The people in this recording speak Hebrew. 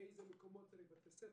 1) באילו מקומות צריך בתי ספר,